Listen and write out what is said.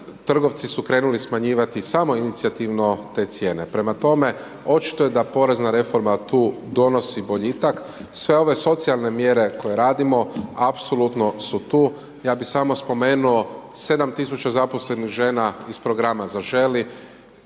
trgovci su krenuli smanjivati samoinicijativno te cijene. Prema tome, očito je da porezna reforma tu donosi boljitak, sve ove socijalne mjere koje radimo apsolutno u tu. Ja bi samo spomenuo 7.000 zaposlenih žena iz Programa „Zaželi“